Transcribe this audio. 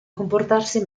comportarsi